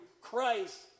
Christ